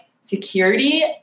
security